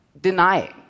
denying